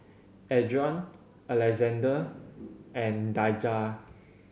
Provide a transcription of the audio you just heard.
Adron Alexande and Daijah